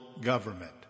government